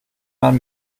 man